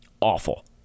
awful